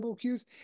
cues